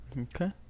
Okay